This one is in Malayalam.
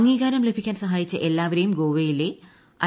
അംഗീകാരം ലഭിക്കാൻ സഹായിച്ച എല്ലാവരെയും ഗോവയിലെ ഐ